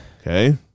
Okay